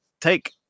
take